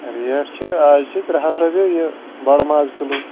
rate چھِ اَز چھِ ترٛےٚ ہَتھ رۄپیہِ یہِ بَڈٕ ماز کِلوٗ